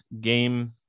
game